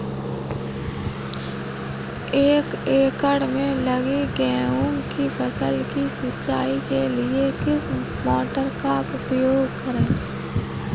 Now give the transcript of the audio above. एक एकड़ में लगी गेहूँ की फसल की सिंचाई के लिए किस मोटर का उपयोग करें?